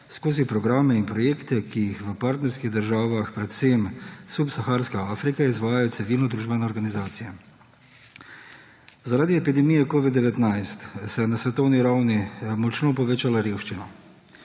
skozi programe in projekte, ki jih v partnerskih državah, predvsem Subsaharske Afrike, izvajajo civilno družbene organizacije. Zaradi epidemije covid-19 se je na svetovni ravni močno povečala revščina.